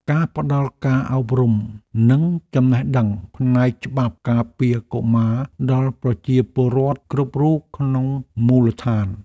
ការផ្តល់ការអប់រំនិងចំណេះដឹងផ្នែកច្បាប់ការពារកុមារដល់ប្រជាពលរដ្ឋគ្រប់រូបក្នុងមូលដ្ឋាន។